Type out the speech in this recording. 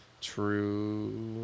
True